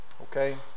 okay